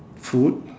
food